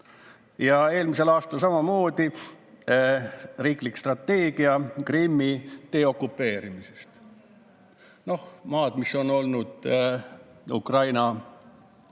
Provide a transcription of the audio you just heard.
Ja eelmisel aastal samamoodi riiklik strateegia Krimmi deokupeerimise kohta. Maad, mis on olnud Ukraina